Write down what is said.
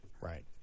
Right